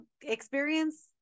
experience